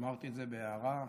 אמרתי את זה בהערה,